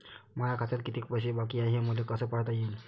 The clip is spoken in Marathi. माया खात्यात कितीक पैसे बाकी हाय हे मले कस पायता येईन?